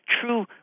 true